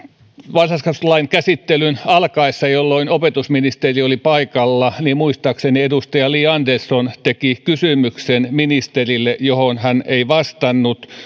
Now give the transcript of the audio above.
varhaiskasvatuslain käsittelyn alkaessa jolloin opetusministeri oli paikalla muistaakseni edustaja li andersson teki ministerille kysymyksen johon hän ei vastannut